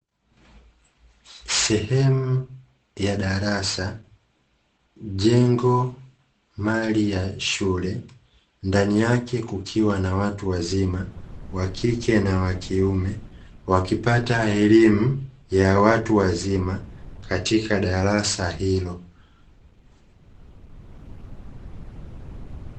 Sehemu ya darasa, jengo mali ya shule, ndani yake kukiwa na watu wazima, wakike na wakiume, wakipata elimu ya watu wazima katika darasa hilo.